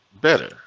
better